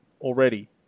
already